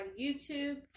youtube